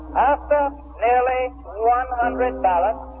after nearly one hundred ballots